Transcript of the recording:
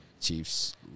Chiefs